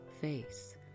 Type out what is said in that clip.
face